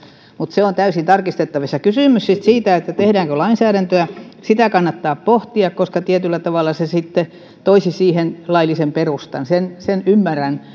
mutta se on täysin tarkistettavissa kysymys sitten siitä tehdäänkö lainsäädäntöä sitä kannattaa pohtia koska tietyllä tavalla se sitten toisi siihen laillisen perustan sen sen ymmärrän